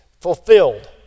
fulfilled